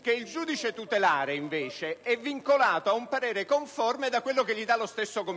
che il giudice tutelare è invece vincolato ad un parere conforme espresso dallo stesso collegio.